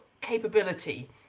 capability